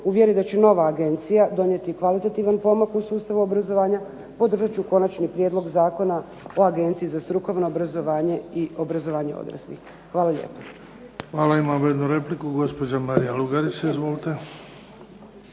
vjeri da će nova agencija donijeti kvalitativan pomak u sustavu obrazovanja, podržat ću Konačni prijedlog Zakona o Agenciji za strukovno obrazovanje i obrazovanje odraslih. Hvala lijepa. **Bebić, Luka (HDZ)** Hvala. Imamo jednu repliku, gospođa Marija Lugarić. Izvolite.